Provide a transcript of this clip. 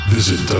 Visit